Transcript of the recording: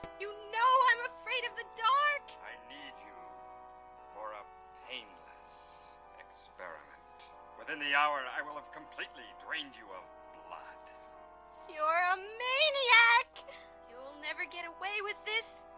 you know, i'm afraid of the dark i need you for a painless experiment within the hour and i will have completely drained you blood you're a maniac you'll never get away with this.